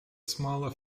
smaller